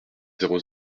zéro